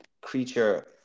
creature